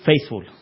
faithful